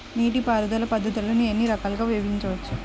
నీటిపారుదల పద్ధతులను ఎన్ని రకాలుగా విభజించవచ్చు?